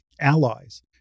allies